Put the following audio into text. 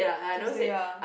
Tuesday ah